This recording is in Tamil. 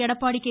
எடப்பாடி கே